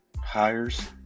hires